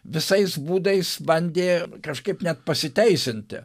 visais būdais bandė kažkaip net pasiteisinti